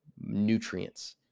nutrients